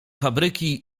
fabryki